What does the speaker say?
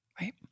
Right